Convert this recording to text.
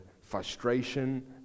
frustration